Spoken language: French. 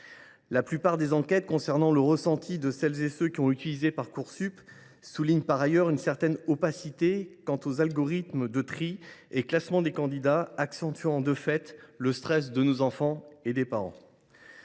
La plupart des enquêtes concernant le ressenti de celles et de ceux qui ont utilisé Parcoursup soulignent par ailleurs une certaine opacité quant aux algorithmes de tri et au classement des candidats, accentuant de fait le stress de nos enfants et des parents.